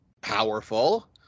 powerful